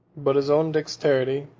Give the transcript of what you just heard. but his own dexterity,